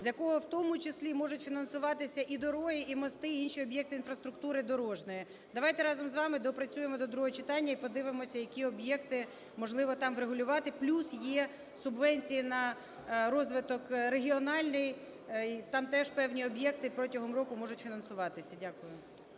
з якого в тому числі, можуть фінансуватися і дороги, і мости, й інші об'єкти інфраструктури дорожньої. Давайте разом з вами доопрацюємо до другого читання і подивимося, які об'єкти можливо там врегулювати. Плюс є субвенції на розвиток регіональний, там теж певні об'єкти протягом року можуть фінансуватися. Дякую.